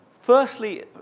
firstly